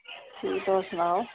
ठीक तुस सनाओ